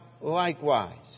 likewise